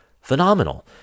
phenomenal